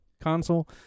console